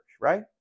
right